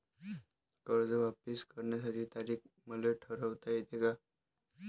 कर्ज वापिस करण्याची तारीख मले ठरवता येते का?